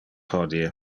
hodie